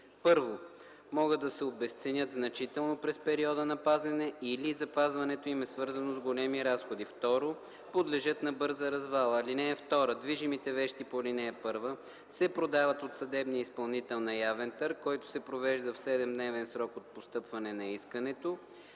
1. могат да се обезценят значително през периода на пазене или запазването им е свързано с големи разходи; 2. подлежат на бърза развала. (2) Движимите вещи по ал. 1 се продават от съдебния изпълнител на явен търг, който се провежда в 7-дневен срок от постъпване на искането,